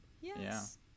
Yes